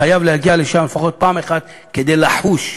חייב להגיע לשם לפחות פעם אחת כדי לחוש,